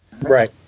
right